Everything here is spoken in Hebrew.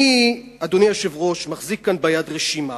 אני, אדוני היושב-ראש, מחזיק כאן ביד רשימה,